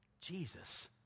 Jesus